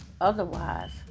otherwise